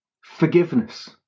forgiveness